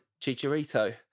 Chicharito